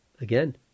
Again